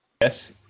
Yes